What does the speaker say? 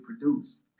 produce